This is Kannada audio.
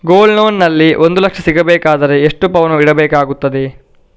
ಗೋಲ್ಡ್ ಲೋನ್ ನಲ್ಲಿ ಒಂದು ಲಕ್ಷ ಸಿಗಬೇಕಾದರೆ ಎಷ್ಟು ಪೌನು ಇಡಬೇಕಾಗುತ್ತದೆ?